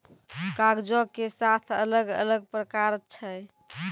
कागजो के सात अलग अलग प्रकार छै